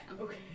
okay